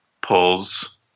pulls